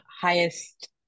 highest